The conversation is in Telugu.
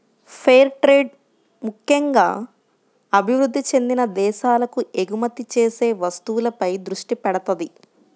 ఫెయిర్ ట్రేడ్ ముక్కెంగా అభివృద్ధి చెందిన దేశాలకు ఎగుమతి చేసే వస్తువులపై దృష్టి పెడతది